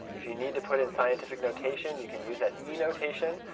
if you need to put in scientific notation, you can use that e notation.